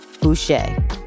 Boucher